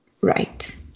right